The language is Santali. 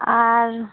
ᱟᱨ